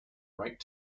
right